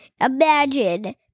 Imagine